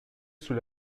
sous